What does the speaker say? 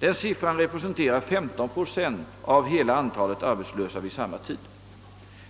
Den siffran representerar 15 procent av hela antalet arbetslösa vid samma tid,